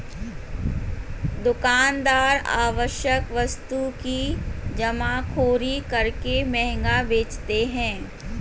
दुकानदार आवश्यक वस्तु की जमाखोरी करके महंगा बेचते है